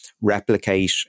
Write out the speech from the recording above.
replicate